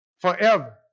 forever